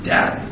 Dad